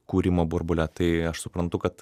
kūrimo burbule tai aš suprantu kad